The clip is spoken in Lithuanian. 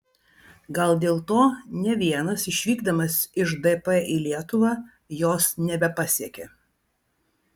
gal dėl to ne vienas išvykdamas iš dp į lietuvą jos nebepasiekė